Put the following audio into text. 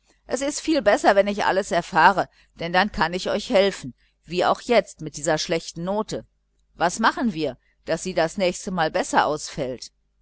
es ist viel besser wenn ich alles erfahre dann kann ich euch helfen wie auch jetzt mit dieser schlechten note was machen wir daß sie das nächste mal besser ausfällt